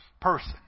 person